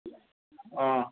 অ